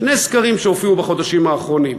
שני סקרים שהופיעו בחודשים האחרונים,